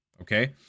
okay